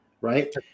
right